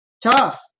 tough